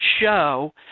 show